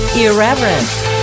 irreverent